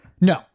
No